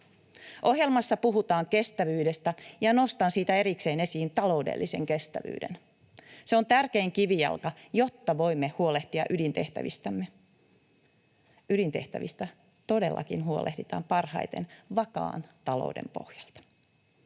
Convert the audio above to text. Ohjelmassa puhutaan kestävyydestä, ja nostan siitä erikseen esiin taloudellisen kestävyyden. Se on tärkein kivijalka, jotta voimme huolehtia ydintehtävistämme. Ydintehtävistä todellakin huolehditaan parhaiten vakaan talouden pohjalta.